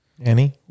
Annie